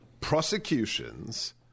prosecutions